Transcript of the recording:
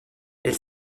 elle